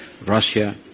Russia